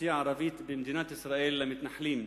כאוכלוסייה הערבית במדינת ישראל למתנחלים.